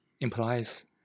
implies